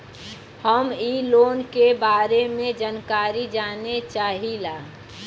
हम इ लोन के बारे मे जानकारी जाने चाहीला?